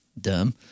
dumb